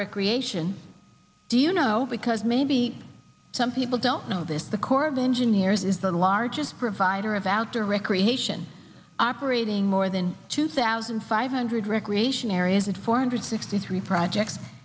recreation do you know because maybe some people don't know this the corps of engineers is the largest provider of outdoor recreation operating more than two thousand five hundred recreation areas and four hundred sixty three projects